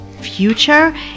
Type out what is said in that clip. future